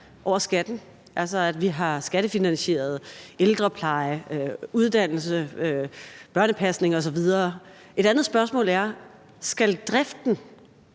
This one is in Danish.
over skatten, altså at vi har skattefinansieret ældrepleje, uddannelse, børnepasning osv., men noget andet er, om driften